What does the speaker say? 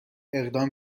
اقدام